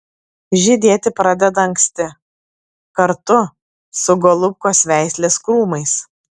žydėti pradeda anksti kartu su golubkos veislės krūmais